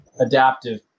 adaptive